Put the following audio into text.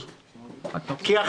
כלומר,